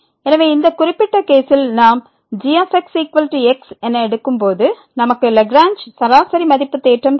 எனவே இந்த குறிப்பிட்ட கேசில் நாம் g xx என எடுக்கும் போது நமக்கு லாக்ரேஞ்ச் சராசரி மதிப்பு தேற்றம் கிடைக்கும்